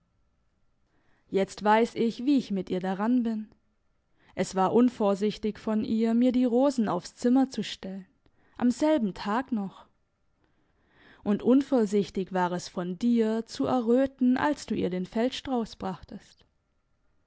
jetzt weiss ich wie ich mit ihr daran bin es war unvorsichtig von ihr mir die rosen aufs zimmer zu stellen am selben tag noch und unvorsichtig war es von dir zu erröten als da ihr den feldstrauss brachtest